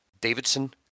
Davidson